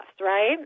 Right